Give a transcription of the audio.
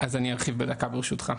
אז אני ארחיב בדקה ברשותך.